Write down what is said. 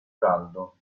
caldo